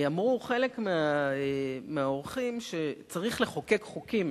אמרו חלק מהאורחים שצריך לחוקק חוקים